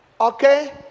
okay